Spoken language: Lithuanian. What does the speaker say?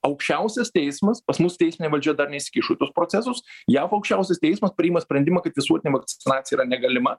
aukščiausias teismas pas mus teisinė valdžia dar neįsikišo į tuos procesus jav aukščiausias teismas priima sprendimą kad visuotinė vakcinacija yra negalima